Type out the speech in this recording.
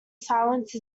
silence